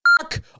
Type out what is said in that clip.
Fuck